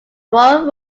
royal